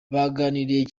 baganiriye